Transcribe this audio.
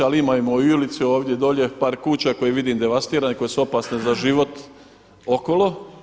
Ali imamo u Ilici ovdje dolje par kuća koje vidim devastirane, koje su opasne za život okolo.